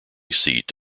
seat